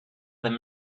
them